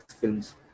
films